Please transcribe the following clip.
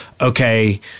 okay